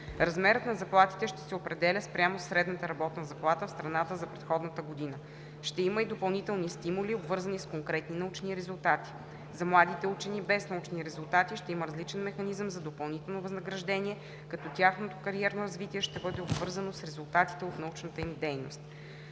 Размерът на заплатите ще се определя спрямо средната работна заплата в страната за предходната година. Ще има и допълнителни стимули, обвързани с конкретни научни резултати. За младите учени без научни резултати ще има различен механизъм за допълнително възнаграждение, като тяхното кариерно развитие ще бъде обвързано с резултатите от научната им дейност.